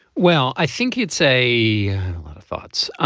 well i think you'd say a lot of thoughts.